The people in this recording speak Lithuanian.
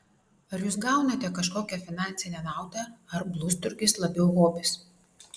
ar jūs gaunate kažkokią finansinę naudą ar blusturgis labiau hobis